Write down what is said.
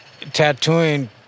tattooing